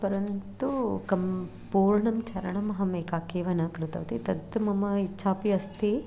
परन्तु एकं पूर्णं चारणम् अहम् एकाकी एव न कृतवती तत् मम इच्छापि अस्ति